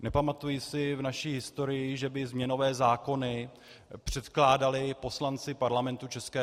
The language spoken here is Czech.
Nepamatuji si v naší historii, že by změnové zákony předkládali poslanci Parlamentu ČR.